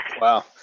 Wow